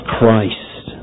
Christ